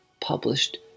published